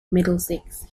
middlesex